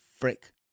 frick